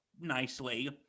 nicely